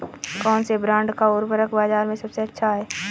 कौनसे ब्रांड का उर्वरक बाज़ार में सबसे अच्छा हैं?